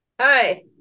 Hi